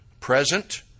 Present